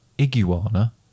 Iguana